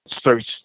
search